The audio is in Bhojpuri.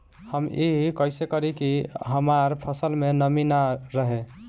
हम ई कइसे करी की हमार फसल में नमी ना रहे?